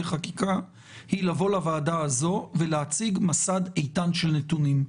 חקיקה היא לבוא לוועדה הזאת ולהציג מסד איתן של נתונים.